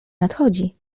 nadchodzi